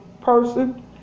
person